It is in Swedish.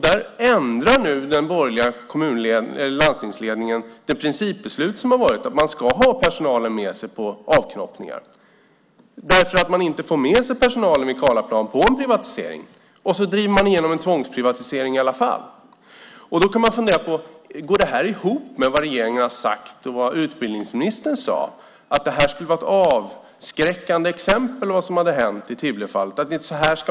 Där ändrar nu den borgerliga landstingsledningen det principbeslut som finns, det vill säga att ha personalen med sig på avknoppningar eftersom man inte får med sig personalen vid Karlaplan på en privatisering. Sedan driver man i alla fall igenom en tvångsprivatisering. Går det ihop med vad regeringen har sagt och vad utbildningsministern sade, nämligen att Tibblefallet skulle vara ett avskräckande exempel, att så inte ska göras?